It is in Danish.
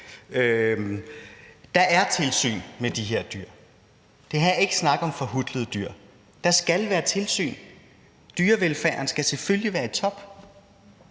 Der er tilsyn med de her dyr. Der er ikke snak om forhutlede dyr – der skal være tilsyn. Dyrevelfærden skal selvfølgelig være i top.